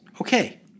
Okay